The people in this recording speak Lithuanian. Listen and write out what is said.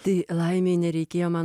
tai laimei nereikėjo man